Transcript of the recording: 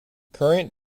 current